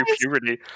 puberty